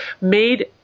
made